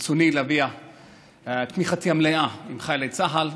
ברצוני להביע את תמיכתי המלאה בחיילי צה"ל,